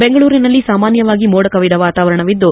ಬೆಂಗಳೂರಿನಲ್ಲಿ ಸಾಮಾನ್ಯವಾಗಿ ಮೋಡಕವಿದ ವಾತಾವರಣವಿದ್ದು